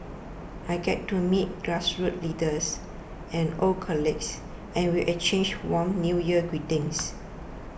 I get to meet grassroots leaders and old colleagues and we exchange warm New Year greetings